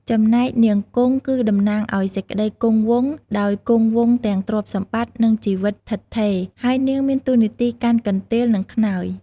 ចំណែកនាងគង់ គឺតំណាងឱ្យសេចក្តីគង់វង់ ដោយគង់វង់ទាំងទ្រព្យសម្បត្តិ និងជីវិតឋិតថេរ ហើយនាងមានតួនាទីកាន់កន្ទេលនិងខ្នើយ ។